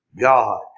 God